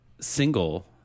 single